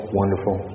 wonderful